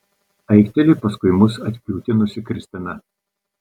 aikteli paskui mus atkiūtinusi kristina